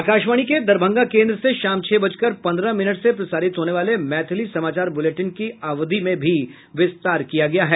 आकाशवाणी के दरभंगा केन्द्र से शाम छह बजकर पंद्रह मिनट से प्रसारित होने वाले मैथिली समाचार बुलेटिन की अवधि में भी विस्तार किया गया है